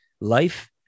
life